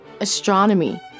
Astronomy